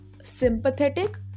sympathetic